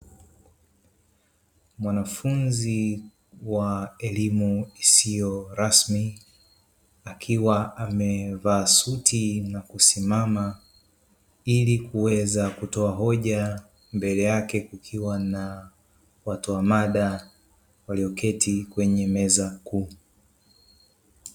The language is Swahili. Mwanafunzi wa elimu isiyo rasmi akiwa amevaa suti na kusimama ili kuweza kutoa hoja mbele yake kukiwa na watoa mada walioketi kwenye meza kuu.